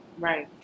Right